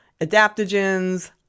adaptogens